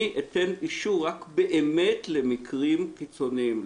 אני אתן אישור רק באמת למקרים קיצוניים,